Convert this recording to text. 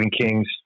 King's